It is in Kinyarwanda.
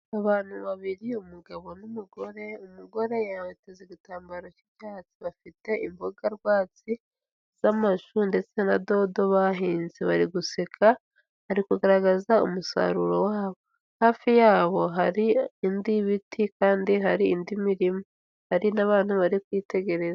Abantu babiriye umugabo n'umugore, umugore yateze igitambaro k'icyatsi, bafite imboga rwatsi, z'amashu ndetse na dodo bahinze. Bari guseka, bari kugaragaza umusaruro wabo. hafi yabo hari indi biti, kandi hari indi mirimo. Hari n'abantu bari kwitegereza.